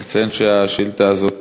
צריך לציין שהשאילתה הזאת